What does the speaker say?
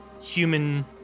human